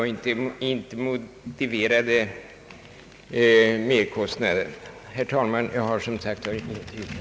Sådant motiverar inte dessa merkostnader. Herr talman! Jag har som sagt inget yrkande.